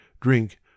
drink